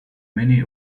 many